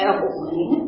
Evelyn